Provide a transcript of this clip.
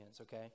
okay